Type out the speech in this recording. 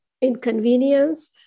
inconvenience